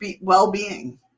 well-being